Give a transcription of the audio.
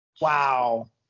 Wow